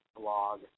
blog